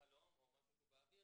חלום או משהו שהוא באוויר.